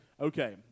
okay